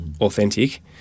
authentic